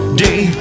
day